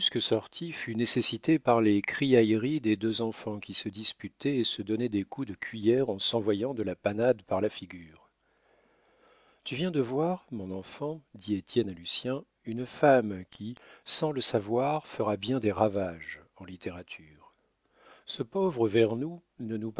fut nécessitée par les criailleries des deux enfants qui se disputaient et se donnaient des coups de cuiller en s'envoyant de la panade par la figure tu viens de voir mon enfant dit étienne à lucien une femme qui sans le savoir fera bien des ravages en littérature ce pauvre vernou ne nous